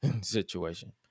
situation